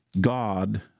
God